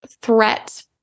threat